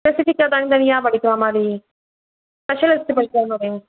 ஸ்பெஸிஃபிக்காக தனித்தனியாக படிக்கிற மாதிரி ஸ்பெஷலிஸ்ட்டு படிக்கிற மாதிரி